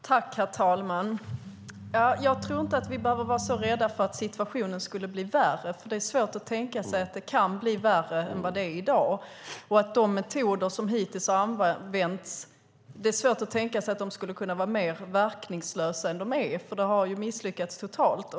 Herr talman! Jag tror inte att vi behöver vara så rädda för att situationen ska bli värre, för det är svårt att tänka sig att den kan bli värre än vad den är i dag och att de metoder som hittills har använts skulle kunna vara mer verkningslösa än vad de är. De har ju misslyckats totalt.